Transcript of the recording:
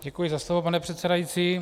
Děkuji za slovo, pane předsedající.